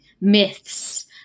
myths